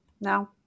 now